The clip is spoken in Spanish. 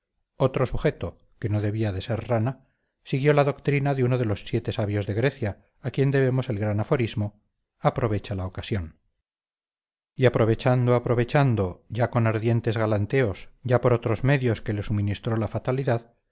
otro sujeto que no debía de ser rana siguió la doctrina de uno de los siete sabios de grecia a quien debemos el gran aforismo aprovecha la ocasión y aprovechando aprovechando ya con ardientes galanteos ya por otros medios que le suministró la fatalidad